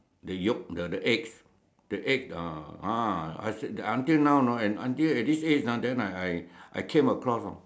the Yolk the the egg the egg ah a'ah I search until now you know and until at this age ah then I I I came across you know